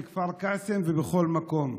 בכפר קאסם ובכל מקום.